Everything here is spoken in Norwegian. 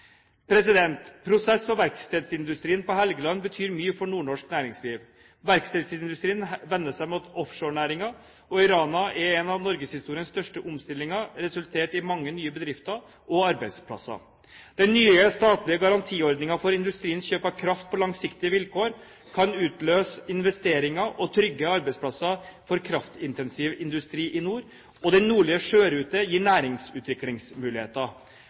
Prosess- og verkstedsindustrien på Helgeland betyr mye for nordnorsk næringsliv. Verkstedsindustrien vender seg mot offshorenæringen, og i Rana har en av norgeshistoriens største omstillinger resultert i mange nye bedrifter og arbeidsplasser. Den nye statlige garantiordningen for industriens kjøp av kraft på langsiktig vilkår kan utløse investeringer og trygge arbeidsplasser for kraftintensiv industri i nord, og den nordlige sjørute gir næringsutviklingsmuligheter.